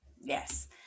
Yes